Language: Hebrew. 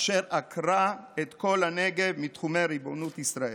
אשר עקרה את כל הנגב מתחומי ריבונות ישראל.